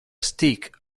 stick